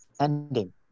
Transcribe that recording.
ending